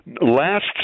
Last